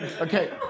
Okay